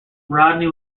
rodney